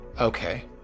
okay